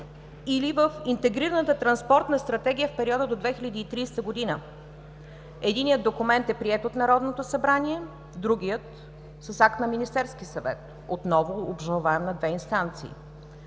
или в интегрираната Транспортна стратегия в периода до 2030 г. Единият документ е приет от Народното събрание, другият – с акт на Министерския съвет, отново обжалваем на две инстанции.